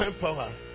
power